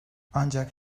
ancak